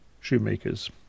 shoemakers